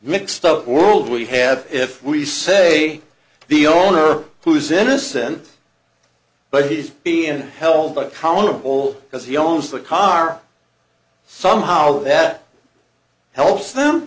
mixed up world we have if we say the owner who's innocent but he's being held accountable because he owns the car somehow that helps them